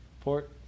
port